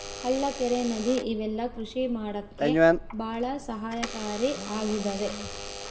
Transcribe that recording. ಹಳ್ಳ ಕೆರೆ ನದಿ ಇವೆಲ್ಲ ಕೃಷಿ ಮಾಡಕ್ಕೆ ಭಾಳ ಸಹಾಯಕಾರಿ ಆಗಿದವೆ